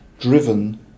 driven